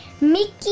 Mickey